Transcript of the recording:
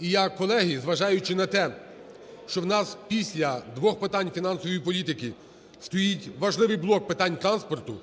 І я, колеги, зважаючи на те, що в нас після двох питань фінансової політики стоїть важливий блок питань транспорту,